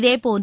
இதேபோன்று